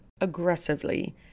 aggressively